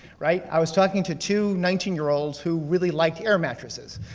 right? i was talking to two nineteen year olds who really like air mattresses.